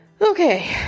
Okay